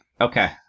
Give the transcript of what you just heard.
Okay